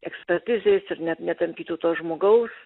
ekspertizės ir ne netampytų to žmogaus